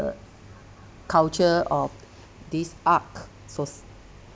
the culture of this art soc~